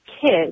kids